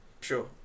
sure